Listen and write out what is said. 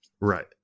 Right